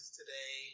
today